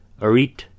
Arit